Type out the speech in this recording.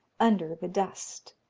under the dust.